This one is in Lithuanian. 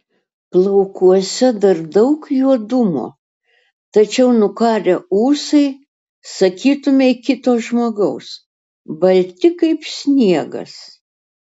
plaukuose dar daug juodumo tačiau nukarę ūsai sakytumei kito žmogaus balti kaip sniegas